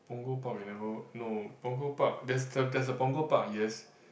Punggol Park we never no Punggol Park there's the there's a Punggol Park yes